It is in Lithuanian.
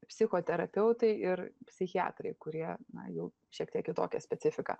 psichoterapeutai ir psichiatrai kurie na jau šiek tiek kitokia specifika